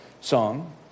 song